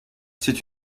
c’est